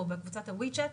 או בקבוצת הווי-צ'ט,